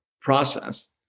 process